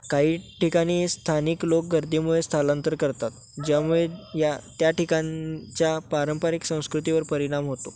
काही ठिकाणी स्थानिक लोक गर्दीमुळे स्थलांतर करतात ज्यामुळे या त्या ठिकाणच्या पारंपरिक संस्कृतीवर परिणाम होतो